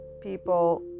people